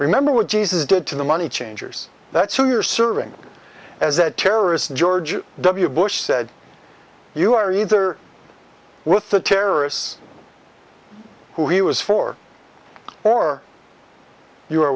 remember what jesus did to the money changers that's who you're serving as a terrorist george w bush said you are either with the terrorists who he was for or you are